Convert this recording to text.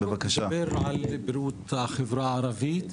אני אדבר על בריאות החברה הערבית,